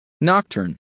Nocturne